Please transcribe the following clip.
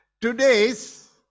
today's